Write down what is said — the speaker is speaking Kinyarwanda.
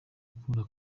gukunda